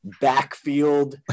backfield